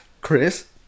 Chris